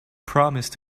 promised